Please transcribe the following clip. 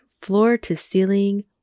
floor-to-ceiling